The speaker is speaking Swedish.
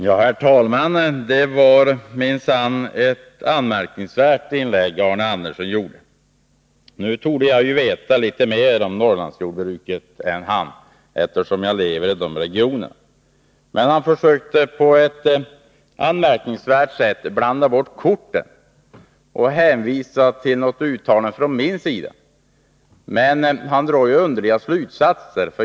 Herr talman! Det var minsann ett anmärkningsvärt inlägg Arne Andersson i Ljung gjorde. Nu torde jag veta litet mer om Norrlandsjordbruket än han, eftersom jag lever i den regionen, men Arne Andersson försökte på ett anmärkningsvärt sätt blanda bort korten. Han hänvisar till ett uttalande från min sida, men han drar underliga slutsatser.